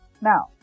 Now